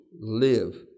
live